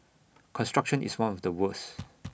construction is one of the worst